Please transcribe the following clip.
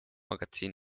magazin